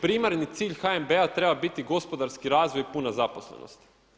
Primarni cilj HNB-a treba biti gospodarski razvoj i puna zaposlenost.